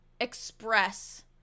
express